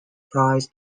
fries